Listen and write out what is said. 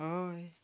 हय